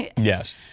Yes